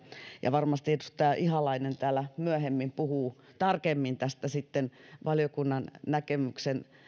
ja varmasti edustaja ihalainen täällä myöhemmin puhuu sitten tarkemmin tästä valiokunnan näkemyksen